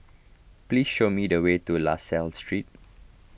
please show me the way to La Salle Street